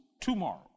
tomorrow